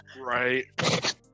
right